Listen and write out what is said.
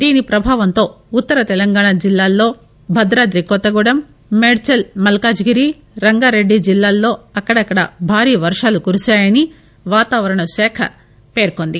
దీని ప్రభావంతో ఉత్తర తెలంగాణ జిల్లాల్లో భద్రాద్రి కొత్తగూడెం మేడ్చల్ మల్కాజిగిరి రంగారెడ్డిల్లో అక్కడక్కడా భారీ వర్షాలు కురిశాయని వాతావరణ శాఖ పేర్కొంది